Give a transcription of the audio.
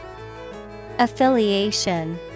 Affiliation